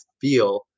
feel